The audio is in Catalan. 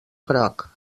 groc